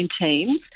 teams